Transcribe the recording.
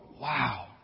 wow